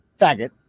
faggot